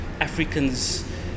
Africans